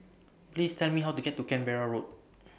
Please Tell Me How to get to Canberra Road